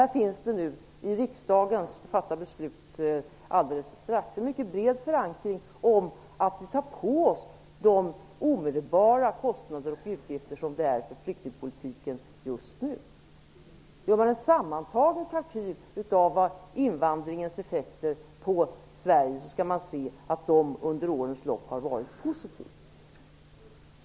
Riksdagen skall strax fatta beslut i bred förankring om att ta på oss de omedelbara utgifterna för flyktingpolitiken just nu. Gör man en sammantagen kalkyl av invandringens effekter på svensk ekonomi, skall man finna att de under årens lopp har varit positiva.